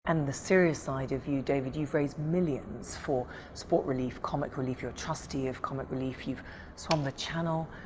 and the serious side of you david you've raised millions for sport relief, comic relief, you're trustee of comic relief, you've swum the channel,